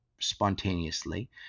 spontaneously